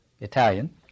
Italian